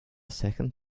second